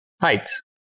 Heights